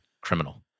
Criminal